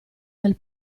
del